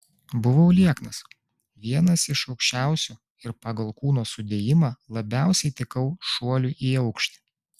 buvau lieknas vienas iš aukščiausių ir pagal kūno sudėjimą labiausiai tikau šuoliui į aukštį